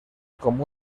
com